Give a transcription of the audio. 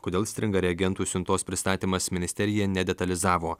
kodėl stringa reagentų siuntos pristatymas ministerija nedetalizavo